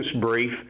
brief